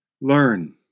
Learn